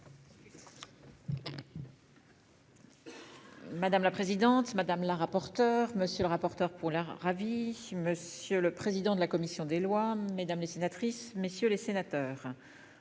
Madame la présidente madame la rapporteure. Monsieur le rapporteur pour air ravi. Monsieur le président de la commission des lois, mesdames les sénatrices messieurs les sénateurs.